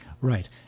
Right